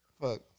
Fuck